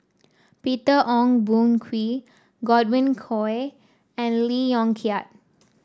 Peter Ong Boon Kwee Godwin Koay and Lee Yong Kiat